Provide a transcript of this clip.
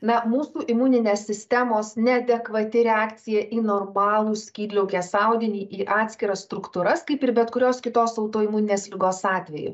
na mūsų imuninės sistemos neadekvati reakcija į normalų skydliaukės audinį į atskiras struktūras kaip ir bet kurios kitos autoimuninės ligos atveju